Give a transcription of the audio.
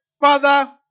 Father